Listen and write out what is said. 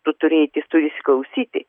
tu turi eiti jis turi įsiklausyti